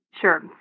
Sure